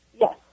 Yes